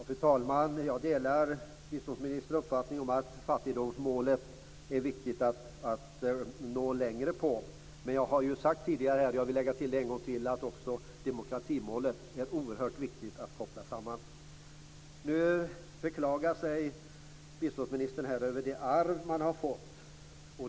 Fru talman! Jag delar biståndsministerns uppfattning att det är viktigt att nå längre när det gäller fattigdomsmålet. Men jag har sagt tidigare - och jag vill tillägga det en gång till - att det också är oerhört viktigt att ta med demokratimålet. Nu beklagar biståndsministern sig över det arv som man har fått.